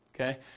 okay